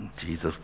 Jesus